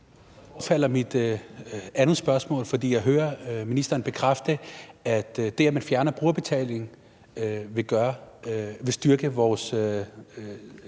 Så bortfalder mit andet spørgsmål, for jeg hører ministeren bekræfte, at det, at man fjerner brugerbetalingen, vil styrke vores